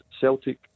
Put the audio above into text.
Celtic